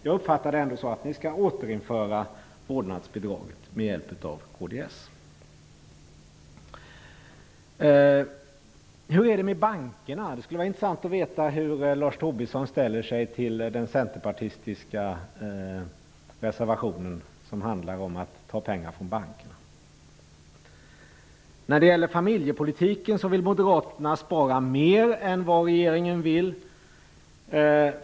Jag uppfattar det ändå så att ni skall återinföra vårdnadsbidraget med hjälp av kds. Hur är det med bankerna? Det skulle vara intressant att få veta hur Lars Tobisson ställer sig till den centerpartistiska reservationen om att ta pengar från bankerna. När det gäller familjepolitiken vill Moderaterna spara mer än regeringen.